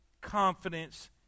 confidence